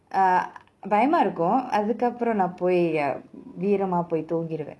err பயமா இருக்கும் அதுக்கப்புறம் நா போய்:bayama irukum athukkappuram naa poyi ah வீரமா போய் தூங்கிடுவேன்:veeramaa poyi thoongiduvaen